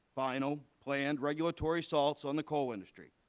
final, planned regulatory assaults on the coal industry,